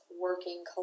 working